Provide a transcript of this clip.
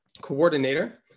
Coordinator